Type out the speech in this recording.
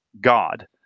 God